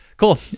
Cool